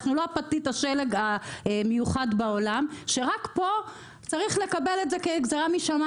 אנחנו לא פתית השלג המיוחד בעולם שרק פה צריך לקבל את זה כגזרה משמים